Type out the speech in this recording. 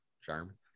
Charm